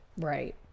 Right